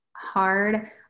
hard